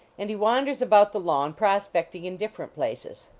and he wanders about the lawn prospecting in differ ent places.